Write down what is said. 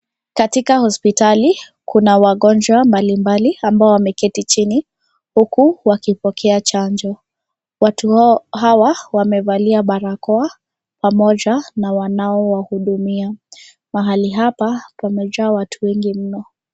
Katika hospitali kuna wagonjwa mbalimbali ambao wameketi chini huku wakipokea chanjo. Watu hawa wamevalia barakoa pamoja na wanao wahudumia. Pahali hapa pameja watu wengi mno.